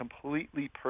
completely